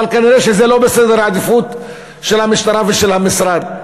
אבל כנראה שזה לא בסדר העדיפות של המשטרה ושל המשרד.